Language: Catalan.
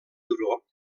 turó